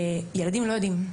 ילדים לא יודעים.